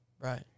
Right